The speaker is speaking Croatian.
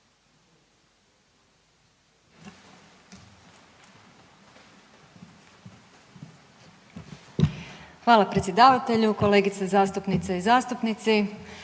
Hvala predsjedavatelju. Kolegice zastupnice i zastupnici,